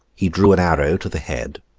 he drew an arrow to the head,